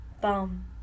bum